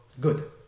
good